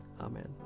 Amen